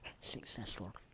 successful